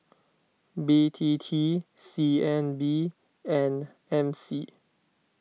B T T C N B and M C